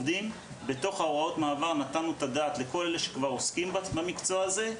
בתוך הוראות המעבר נתנו את הדעת לכל אלה שכבר עוסקים במקצוע הזה,